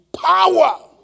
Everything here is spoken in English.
power